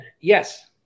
Yes